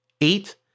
Eight